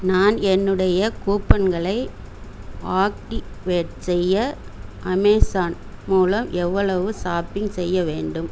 நான் என்னுடைய கூப்பன்களை ஆக்டிவேட் செய்ய அமேஸான் மூலம் எவ்வளவு ஷாப்பிங் செய்ய வேண்டும்